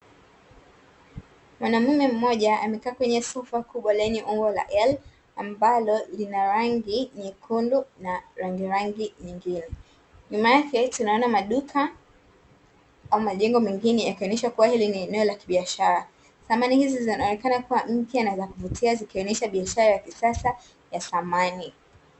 Mwanamume mmoja amekaa kwenye sofa kubwa lenye umbo la L ambalo lina rangi nyekundu na rangirangi nyingine. Nyuma yake tunaona maduka au majengo mengine yakionyesha kuwa hili ni eneo la kibiashara. Samani hizi zinaonekana kuwa mpya na za kuvutia zikionyesha biashara ya kisasa ya samani.